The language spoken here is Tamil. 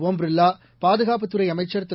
ஓம் பிர்லா பாதுகாப்பு அமைச்சர் திரு